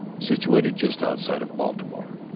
situated just outside of baltimore.